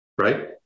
right